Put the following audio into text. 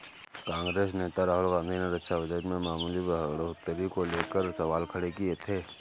कांग्रेस नेता राहुल गांधी ने रक्षा बजट में मामूली बढ़ोतरी को लेकर सवाल खड़े किए थे